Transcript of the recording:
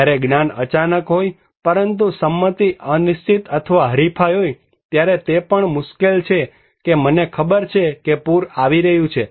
જ્યારે જ્ઞાન અચાનક હોય પરંતુ સંમતિ અનિશ્ચિત અથવા હરીફાઈ હોય ત્યારે તે પણ મુશ્કેલ છે કે મને ખબર છે કે પૂર આવી રહ્યું છે